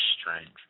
strength